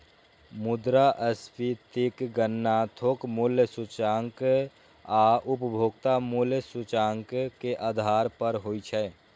मुद्रास्फीतिक गणना थोक मूल्य सूचकांक आ उपभोक्ता मूल्य सूचकांक के आधार पर होइ छै